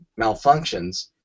malfunctions